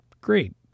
great